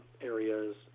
areas